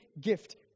gift